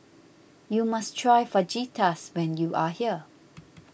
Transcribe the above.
you must try Fajitas when you are here